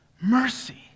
Mercy